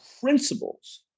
Principles